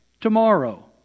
Tomorrow